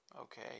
Okay